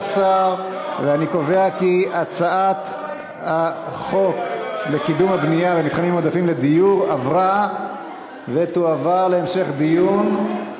את הצעת חוק לקידום הבנייה במתחמים מועדפים לדיור (הוראת שעה),